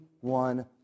one